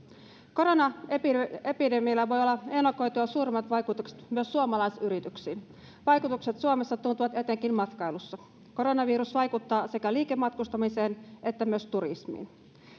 koronaepidemialla voi olla ennakoitua suuremmat vaikutukset myös suomalaisyrityksiin vaikutukset suomessa tuntuvat etenkin matkailussa koronavirus vaikuttaa sekä liikematkustamiseen että myös turismiin